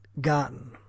gotten